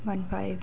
one five